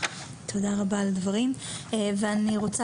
תודה רבה לך ג'וש על הדברים ואני רוצה